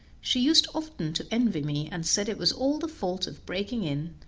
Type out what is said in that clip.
she used often to envy me, and said it was all the fault of breaking in,